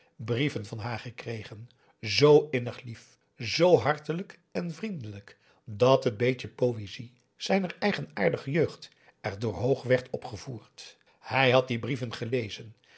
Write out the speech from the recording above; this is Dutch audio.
brieven van haar gekregen zoo innig lief zoo hartelijk en vriendelijk dat het beetje poëzie zijner eigenaardige jeugd erdoor hoog werd opgevoerd hij had die brieven gelezen